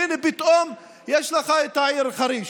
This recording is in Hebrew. והינה פתאום יש את העיר חריש.